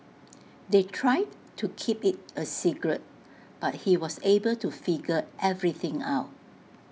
they tried to keep IT A secret but he was able to figure everything out